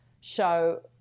show